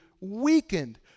weakened